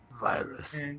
Virus